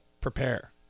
prepare